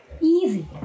easy